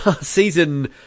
season